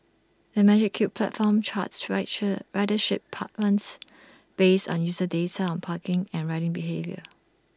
the magic Cube platform charts ridership patterns based on user data on parking and riding behaviour